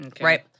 right